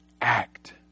Act